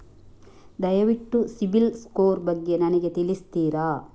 ದಯವಿಟ್ಟು ಸಿಬಿಲ್ ಸ್ಕೋರ್ ಬಗ್ಗೆ ನನಗೆ ತಿಳಿಸ್ತಿರಾ?